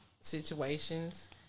situations